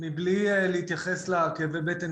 מבלי להתייחס לכאבי הבטן,